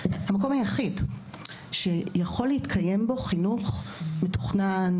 יכול להתקיים חינוך מתוכנן,